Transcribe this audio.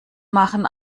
machen